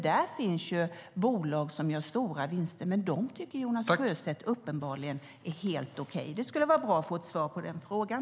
Där finns ju bolag som gör stora vinster, men de tycker Jonas Sjöstedt uppenbarligen är helt okej. Det skulle vara bra att få ett svar på den frågan.